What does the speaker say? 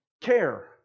Care